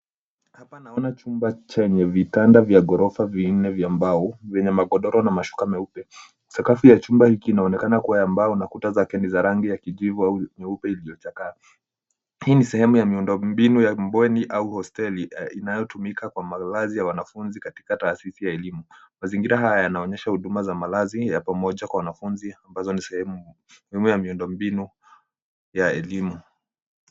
Hapa naona chumba chenye vitanda vya ghorofa vinne vya mbao vyenye magodoro na mashuka meupe. Sakafu ya chumba hiki inaonekana kuwa ya mbao na kuta zake ni za rangi ya kijivu au nyeupe iliyochakaa. Hii ni sehemu ya miundombinu ya bweni au hosteli inayotumika kwa malazi ya wanafunzi katika taasisi ya elimu. Mazingira haya yanaonyesha huduma za malazi ya pamoja kwa wanafunzi, ambazo ni sehemu muhimu ya miundombinu ya elimu.